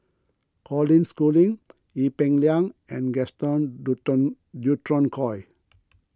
Colin Schooling Ee Peng Liang and Gaston Dutronquoy